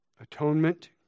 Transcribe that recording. atonement